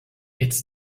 it’s